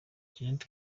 jeanette